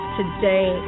today